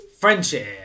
Friendship